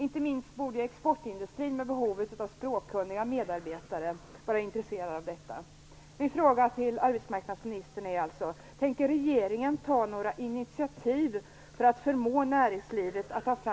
Inte minst borde exportindustrin med behov av språkkunniga medarbetare vara intresserad av detta.